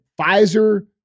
Pfizer-